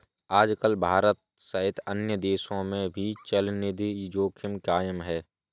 आजकल भारत सहित अन्य देशों में भी चलनिधि जोखिम कायम है